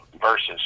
versus